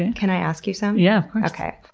and can i ask you some? yeah, of course.